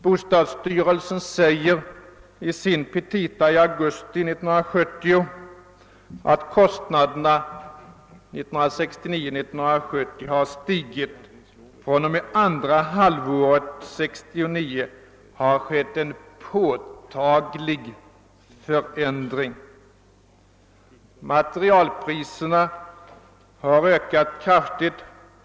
Bostadsstyrelsen framhåller i sina petita i augusti 1970 att kostnaderna stigit 1969— 1970. fr.o.m. andra halvåret 1969 har det skett en påtaglig förändring. Materialpriserna har ökat kraftigt.